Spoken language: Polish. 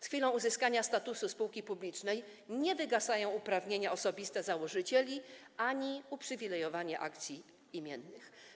Z chwilą uzyskania statusu spółki publicznej nie wygasają uprawnienia osobiste założycieli ani uprzywilejowanie akcji imiennych.